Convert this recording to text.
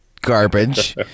garbage